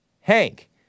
Hank